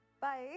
Bye